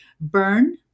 burn